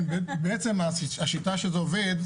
בעצם השיטה שזה עובד,